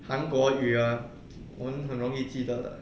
韩国语 ah 我们很容易记得的